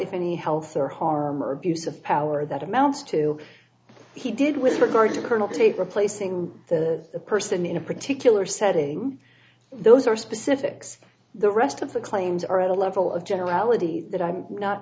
if any health or harm or abuse of power that amounts to he did with regard to colonel jake replacing the person in a particular setting those are specifics the rest of the claims are at a level of generality that i'm not